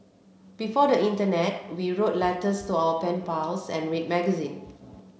before the internet we wrote letters to our pen pals and read magazine